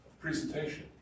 Presentation